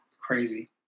crazy